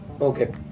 okay